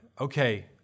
okay